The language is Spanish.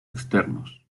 externos